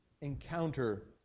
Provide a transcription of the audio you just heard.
encounter